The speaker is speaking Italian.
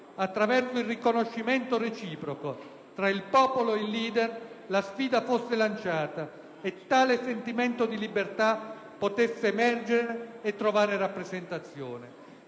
attraverso il riconoscimento reciproco tra il popolo e il *leader*, la sfida fosse lanciata e tale sentimento di libertà potesse emergere e trovare rappresentazione.